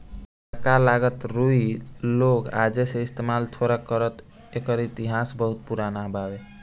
ताहरा का लागता रुई लोग आजे से इस्तमाल थोड़े करता एकर इतिहास बहुते पुरान बावे